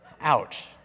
Ouch